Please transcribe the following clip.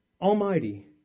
Almighty